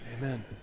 Amen